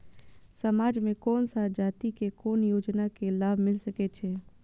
समाज में कोन सा जाति के कोन योजना के लाभ मिल सके छै?